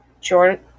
Jordan